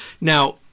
Now